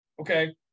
okay